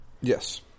Yes